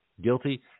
guilty